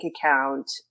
account